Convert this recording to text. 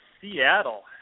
Seattle